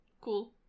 Cool